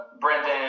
Brendan